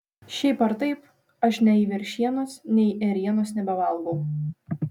šiaip ar taip aš nei veršienos nei ėrienos nebevalgau